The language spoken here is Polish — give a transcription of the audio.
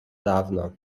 dawno